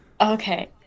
Okay